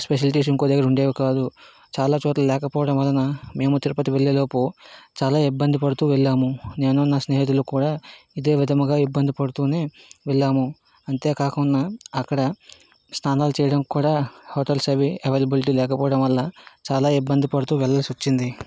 specialities ఇంకో దగ్గర ఉండేవి కాదు చాలా చోట్ల లేకపోవడం వలన మేము తిరుపతి వెళ్ళేలోపు చాలా ఇబ్బంది పడుతూ వెళ్ళాము నేను నా స్నేహితులు కూడా ఇదే విధముగా ఇబ్బంది పడుతూనే వెళ్ళాము అంతేకాకుండా అక్కడ స్నానాలు చేయడానికి కూడా హోటల్స్ అవి అవైలబిలిటీ లేకపోవడం వల్ల చాలా ఇబ్బంది పడుతూ వెళ్ళల్సి వచ్చింది